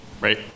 Right